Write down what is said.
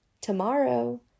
tomorrow